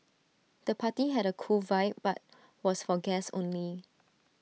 the party had A cool vibe but was for guests only